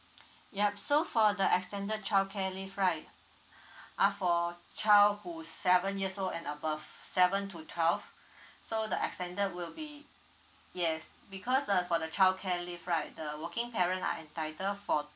ya so for the extended childcare leave right are for child who's seven years old and above seven to twelve so the extended will be yes because uh for the childcare leave right the working parent are entitle for